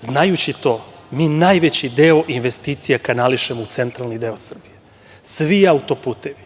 Znajući to, mi najveći deo investicija kanališemo u centralni deo Srbije, svi autoputevi,